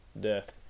death